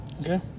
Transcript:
Okay